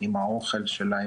עם האוכל שלה,